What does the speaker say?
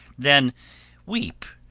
then weep,